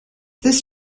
this